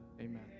Amen